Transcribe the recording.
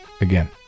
Again